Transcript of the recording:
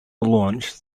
launch